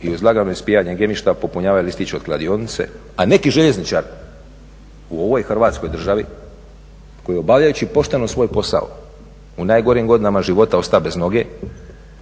i uz lagano ispijanje gemišta popunjavaju listić od kladionice. A neki željezničar u ovoj Hrvatskoj državi koji je obavljajući pošteno svoj posao u najgorim godinama života ostao bez noge